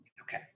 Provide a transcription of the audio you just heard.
okay